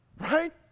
Right